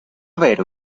ver